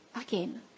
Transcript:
again